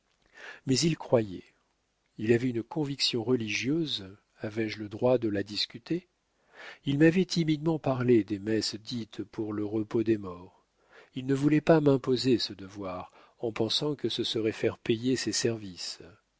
mais il croyait il avait une conviction religieuse avais-je le droit de la discuter il m'avait timidement parlé des messes dites pour le repos des morts il ne voulait pas m'imposer ce devoir en pensant que ce serait faire payer ses services